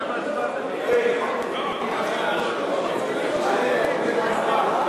חבר הכנסת גפני, אתה לא מציע.